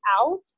out